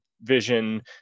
vision